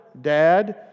dad